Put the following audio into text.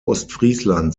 ostfriesland